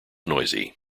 noisy